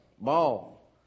Ball